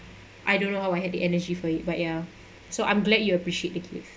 I don't know how I had the energy for it but ya so I'm glad you appreciate the gift